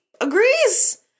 agrees